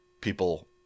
people